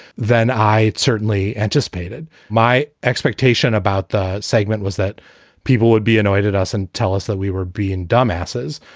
then i certainly anticipated my expectation about the segment was that people would be annoyed at us and tell us that we were being dumb asses,